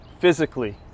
physically